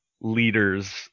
leaders